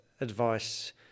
advice